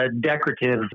decorative